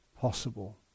possible